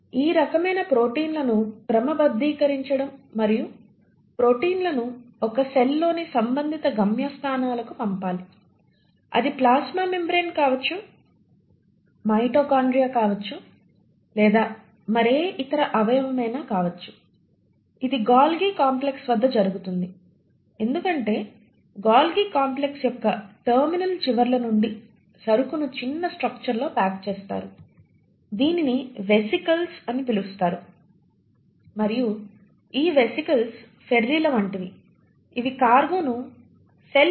ఆ రకమైన ప్రోటీన్లను క్రమబద్ధీకరించడం మరియు ప్రోటీన్లను ఒక సెల్ లోని సంబంధిత గమ్యస్థానాలకు పంపాలి అది ప్లాస్మా మెంబ్రేన్ కావచ్చు మైటోకాండ్రియా కావచ్చులేదా మరే ఇతర అవయవమైనా కావచ్చు ఇది గొల్గి కాంప్లెక్స్ వద్ద జరుగుతుంది ఎందుకంటే గొల్గి కాంప్లెక్స్ యొక్క టెర్మినల్ చివర్ల నుండి సరుకును చిన్న స్ట్రక్చర్ లో ప్యాక్ చేస్తారు దీనిని వెసికిల్స్ అని పిలుస్తారు మరియు ఈ వెసికిల్స్ ఫెర్రీల వంటివి ఇవి కార్గో ను సెల్ యొక్క వివిధ భాగాలకు తీసుకువెళతాయి